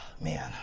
man